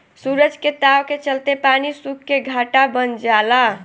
सूरज के ताव के चलते पानी सुख के घाटा बन जाला